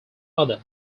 other